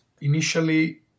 Initially